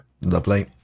Lovely